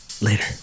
Later